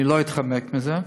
אני לא אתחמק מזה,